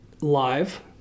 live